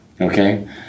Okay